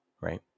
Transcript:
Right